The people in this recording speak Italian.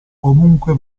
comunque